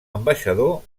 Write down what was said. ambaixador